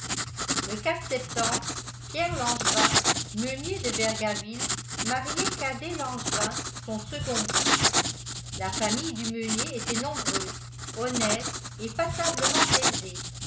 le septembre pierre langevin meunier de vergaville mariait cadet langevin son second fils la famille du meunier était nombreuse honnête et passablement aisée